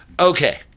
okay